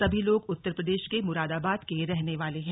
सभी लोग उत्तर प्रदेश के मुरादाबाद के रहने वाले हैं